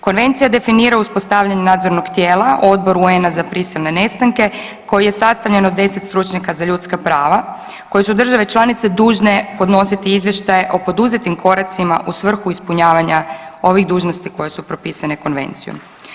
Konvencija definira uspostavljanje nadzornog tijela Odbor UN-a za prisilne nestanke koji je sastavljen od 10 stručnjaka za ljudska prava koje su države članice dužne podnositi izvještaje o poduzetim koracima u svrhu ispunjavanja ovih dužnosti koje su propisane Konvencijom.